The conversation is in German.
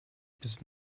bis